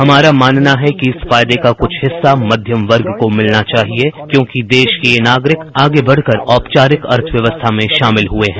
हमारा मानना है कि इस फायदे का कुछ हिस्सा मध्यम वर्ण को मिलना चाहिए क्योंकि देश के यह नागरिक आगे बढ़कर औपचारिक अर्थव्यवस्था में शामिल हुए हैं